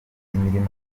imirimo